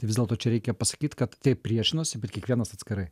vis dėlto čia reikia pasakyt kad taip priešinosi bet kiekvienas atskirai